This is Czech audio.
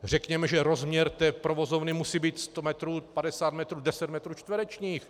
Řekněme, že rozměr provozovny musí být sto metrů, padesát metrů, deset metrů čtverečních.